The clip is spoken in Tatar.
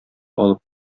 алып